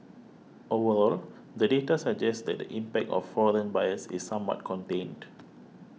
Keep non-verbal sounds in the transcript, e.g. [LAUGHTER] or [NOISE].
overall the data suggests that the impact of foreign buyers is somewhat contained [NOISE]